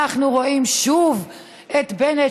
אנחנו רואים שוב את בנט,